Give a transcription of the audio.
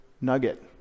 nugget